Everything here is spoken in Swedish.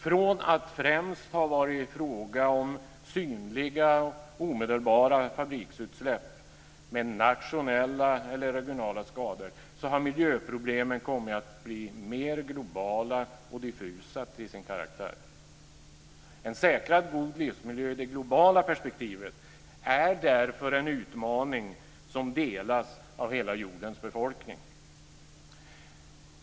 Från att främst ha varit fråga om synliga och omedelbara fabriksutsläpp med nationella eller regionala skador har miljöproblemen kommit att bli mer globala och diffusa till sin karaktär. En säkrad god livsmiljö i det globala perspektivet är därför en utmaning som delas av hela jordens befolkning.